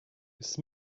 ist